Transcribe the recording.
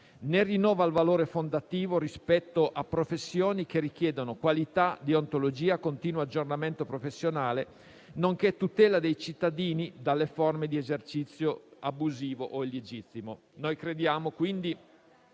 ne rinnova il valore fondativo rispetto a professioni che richiedono qualità, deontologia, continuo aggiornamento professionale, nonché tutela dei cittadini dalle forme di esercizio abusivo o illegittimo.